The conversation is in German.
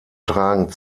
tragen